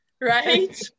right